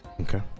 Okay